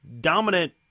dominant